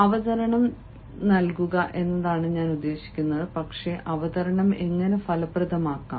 അവതരണത്തിന്റെ നൽകുക എന്നാണ് ഞാൻ ഉദ്ദേശിക്കുന്നത് പക്ഷേ അവതരണം എങ്ങനെ ഫലപ്രദമാക്കാം